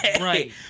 right